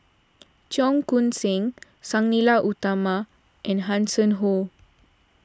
Cheong Koon Seng Sang Nila Utama and Hanson Ho